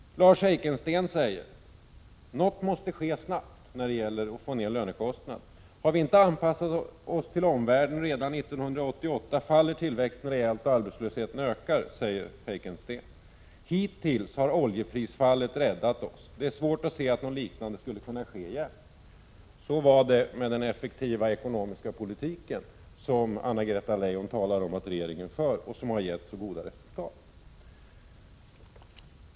Lars Heikensten säger: Något måste ske snabbt när det gäller att få ner lönekostnaderna. Har vi inte anpassat oss till omvärlden redan år 1988, faller tillväxten rejält och arbetslösheten ökar. Hittills har oljeprisfallet räddat oss. Det är svårt att se att något liknande skulle kunna ske igen. Så var det med den effektiva arbetsmarknadspolitik som Anna-Greta Leijon talar om att regeringen för och som har gett så goda resultat.